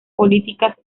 políticas